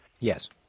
Yes